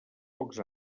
pocs